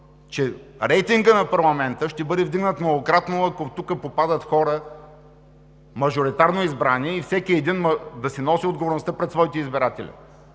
че рейтингът на парламента ще бъде вдигнат многократно, ако тук попадат хора – мажоритарно избрани, и всеки един да носи отговорността пред своите избиратели.